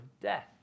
death